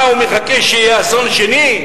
מה, הוא מחכה שיהיה אסון שני?